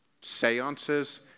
seances